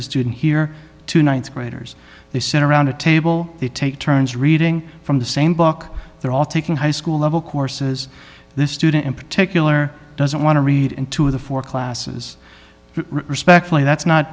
the student here two nights graders they sit around a table they take turns reading from the same book they're all taking high school level courses this student in particular doesn't want to read into the four classes respectfully that's not